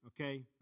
okay